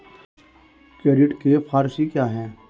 Credit के four C क्या हैं?